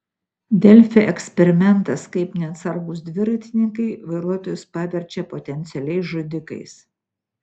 delfi eksperimentas kaip neatsargūs dviratininkai vairuotojus paverčia potencialiais žudikais